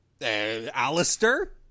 Alistair